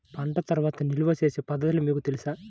పంట తర్వాత నిల్వ చేసే పద్ధతులు మీకు తెలుసా?